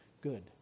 good